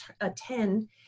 attend